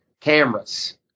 Cameras